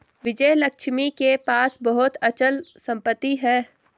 विजयलक्ष्मी के पास बहुत अचल संपत्ति है